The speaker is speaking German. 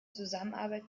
zusammenarbeit